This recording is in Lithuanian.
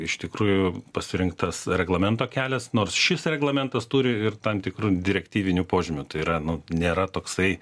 iš tikrųjų pasirinktas reglamento kelias nors šis reglamentas turi ir tam tikrų direktyvinių požymių tai yra nu nėra toksai